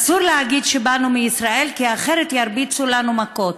אסור להגיד שבאנו מישראל, כי ירביצו לנו מכות.